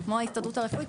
כמו ההסתדרות הרפואית.